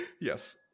Yes